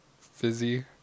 Fizzy